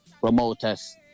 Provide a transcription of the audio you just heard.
promoters